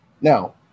Now